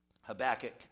Habakkuk